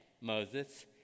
Moses